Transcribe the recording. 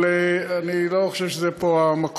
אבל אני לא חושב שפה המקום.